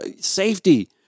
safety